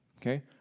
Okay